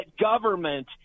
government